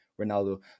Ronaldo